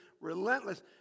relentless